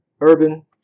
Urban